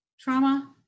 trauma